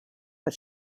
but